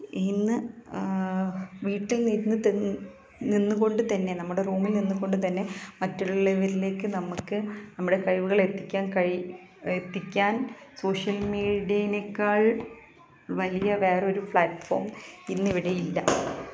ഇന്ന് വീട്ടിൽ നിന്ന് നിന്നുകൊണ്ടുതന്നെ നമ്മുടെ റൂമിൽ നിന്നുകൊണ്ടുതന്നെ മറ്റുള്ളവരിലേക്ക് നമുക്ക് നമ്മുടെ കഴിവുകൾ എത്തിക്കാൻ കഴിവ് എത്തിക്കാൻ സോഷ്യൽ മീഡിയയിനേക്കാൾ വലിയ വേറൊരു ഫ്ലാറ്റ്ഫോം ഇന്നിവിടെയില്ല